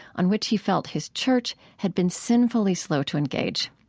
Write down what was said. on which he felt his church had been sinfully slow to engage.